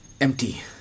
Empty